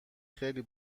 خیلی